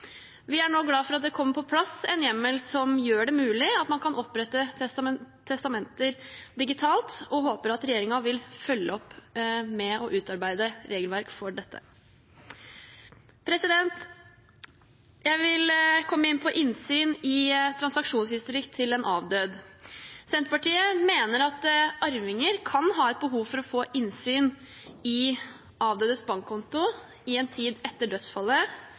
Vi er nå glad for at det kommer på plass en hjemmel som gjør det mulig at man kan opprette testament digitalt, og vi håper at regjeringen vil følge opp med å utarbeide regelverk for dette. Jeg vil komme inn på innsyn i transaksjonshistorikken til en avdød. Senterpartiet mener at arvinger kan ha et behov for å få innsyn i avdødes bankkonto i en tid etter dødsfallet,